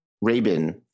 Rabin